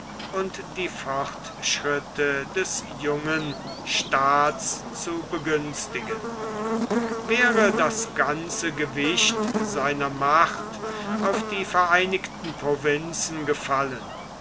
und die fortschritte des jungen staats zu begünstigen wäre das ganze gewicht seiner macht auf die vereinigten provinzen gefallen